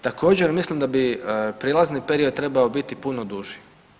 Također mislim da bi prijelazni period trebao biti puno duži.